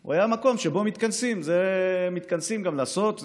הוא היה מקום שבו מתכנסים גם לעשות,